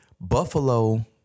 Buffalo